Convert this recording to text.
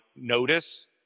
notice